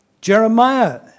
Jeremiah